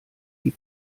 die